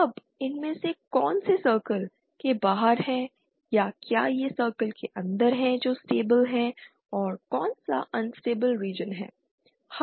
अब इनमें से कौन से सर्कल के बाहर है या क्या यह सर्कल के अंदर है जो स्टेबल है और कौन सा अनस्टेबिल रीजन है